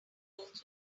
clothes